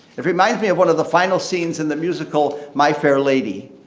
it reminds me of one of the final scenes in the musical my fair lady,